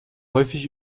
häufig